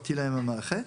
סיפרתי להם על המערכת.